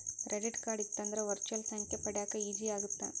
Credit card ಇತ್ತಂದ್ರ virtual ಸಂಖ್ಯೆ ಪಡ್ಯಾಕ ಈಜಿ ಆಗತ್ತ?